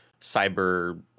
cyber